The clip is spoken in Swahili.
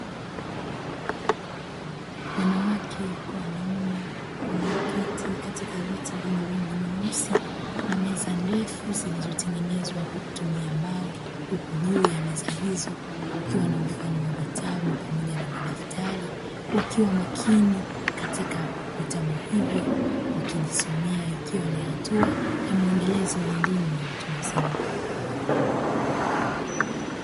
Wanawake kwa wanaume walioketi katika viti vyenye rangi nyeusi na meza zilizotengenezwa kwa kutumia mbao, huku juu ya meza hizo kukiwa na mfano wa vitabu pamoja na madaftari ikiwa ni mwendelezo wa elimu ya watu wazima.